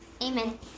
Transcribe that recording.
Amen